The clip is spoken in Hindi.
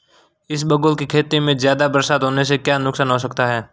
इसबगोल की खेती में ज़्यादा बरसात होने से क्या नुकसान हो सकता है?